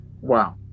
Wow